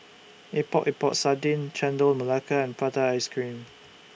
Epok Epok Sardin Chendol Melaka and Prata Ice Cream